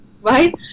right